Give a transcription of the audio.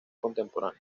contemporáneo